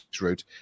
route